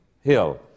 Hill